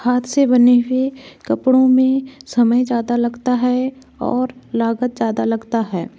हाथ से बने हुए कपड़ों में समय ज़्यादा लगता है और लागत ज़्यादा लगता है